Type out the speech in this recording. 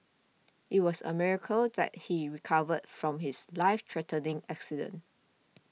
it was a miracle that he recovered from his life threatening accident